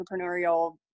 entrepreneurial